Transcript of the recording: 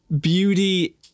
beauty